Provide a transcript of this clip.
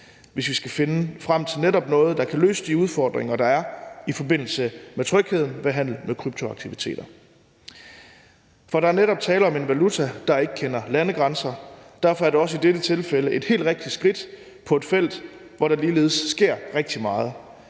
hvis vi skal finde frem til noget, der netop kan løse de udfordringer, der er i forbindelse med trygheden ved handel med kryptoaktiver. For der er netop tale om en valuta, der ikke kender landegrænser, og derfor er det også i dette tilfælde et helt rigtigt skridt på et felt, hvor der sker rigtig meget.